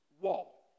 wall